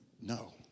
No